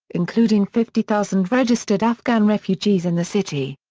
including fifty thousand registered afghan refugees in the city.